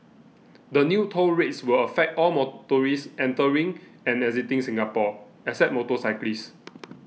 the new toll rates will affect all motorists entering and exiting Singapore except motorcyclists